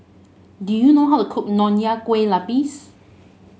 do you know how to cook Nonya Kueh Lapis